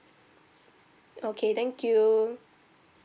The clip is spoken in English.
okay thank you